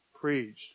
preached